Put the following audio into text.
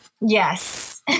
Yes